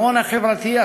ההון החברתי,